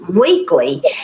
weekly